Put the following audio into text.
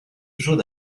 toujours